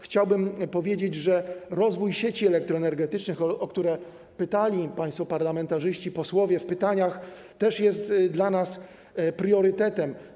Chciałbym powiedzieć, że rozwój sieci elektroenergetycznych, o które pytali państwo parlamentarzyści, posłowie, też jest dla nas priorytetem.